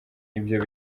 ivyo